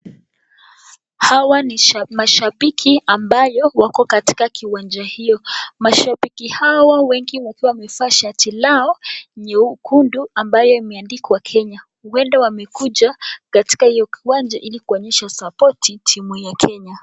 Hawa ni mashabiki ambayo wako katika kiwanja hii, mashabiki hawa wengi ambao wamevaa shati lao nyekundu ambayo imeandikwa Kenya, huenda wamekuja katika hio kiwanja ili kuonyesha sapoti timu ya Kenya.